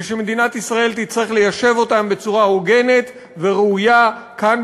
ומדינת ישראל תצטרך ליישב אותם בצורה הוגנת וראויה כאן,